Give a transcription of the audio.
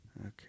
Okay